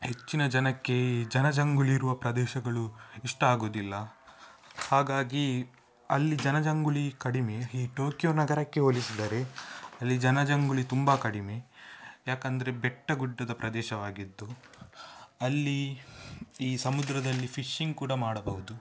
ಹೆಚ್ಚಿನ ಜನಕ್ಕೆ ಈ ಜನಜಂಗುಳಿರುವ ಪ್ರದೇಶಗಳು ಇಷ್ಟ ಆಗುವುದಿಲ್ಲ ಹಾಗಾಗಿ ಅಲ್ಲಿ ಜನಜಂಗುಳಿ ಕಡಿಮೆ ಈ ಟೋಕಿಯೋ ನಗರಕ್ಕೆ ಹೋಲಿಸಿದರೆ ಅಲ್ಲಿ ಜನಜಂಗುಳಿ ತುಂಬ ಕಡಿಮೆ ಏಕಂದ್ರೆ ಬೆಟ್ಟ ಗುಡ್ಡದ ಪ್ರದೇಶವಾಗಿದ್ದು ಅಲ್ಲಿ ಈ ಸಮುದ್ರದಲ್ಲಿ ಫಿಶ್ಶಿಂಗ್ ಕೂಡ ಮಾಡಬಹುದು